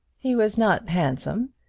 he was not handsome,